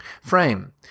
Frame